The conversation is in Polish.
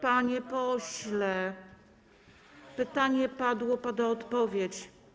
Panie pośle, pytanie padło, pada odpowiedź.